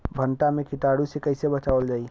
भनटा मे कीटाणु से कईसे बचावल जाई?